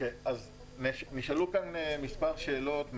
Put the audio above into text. נשאלו כאן מספר שאלות.